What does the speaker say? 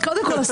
קודם כל,